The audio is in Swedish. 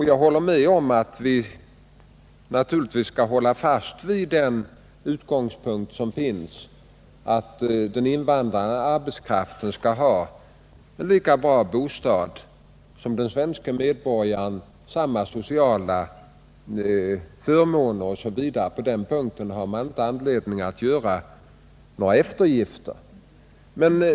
Jag håller med om att vi naturligtvis skall hålla fast vid den utgångspunkt som finns, nämligen att den invandrande arbetskraften skall ha lika bra bostäder och samma sociala förmåner som den svenska medborgaren. På den punkten har man ingen anledning att göra några eftergifter.